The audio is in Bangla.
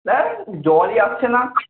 ধ্যার জলই আসছে না